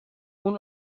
اون